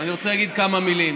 ואני רוצה להגיד כמה מילים.